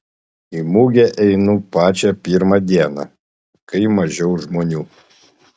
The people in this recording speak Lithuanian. į mugę einu pačią pirmą dieną kai mažiau žmonių